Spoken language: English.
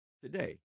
today